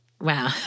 Wow